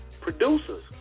producers